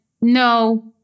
no